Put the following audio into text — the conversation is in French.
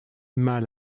mal